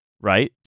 right